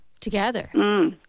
together